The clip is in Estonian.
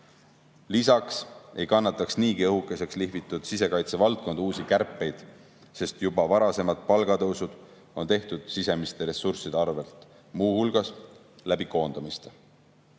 Lisaks ei kannataks niigi õhukeseks lihvitud sisekaitsevaldkond uusi kärpeid, sest juba varasemad palgatõusud on tehtud sisemiste ressursside arvel, muu hulgas koondamiste